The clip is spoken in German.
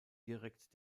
direkt